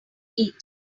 eat